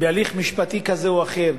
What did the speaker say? בהליך משפטי כזה או אחר,